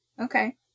Okay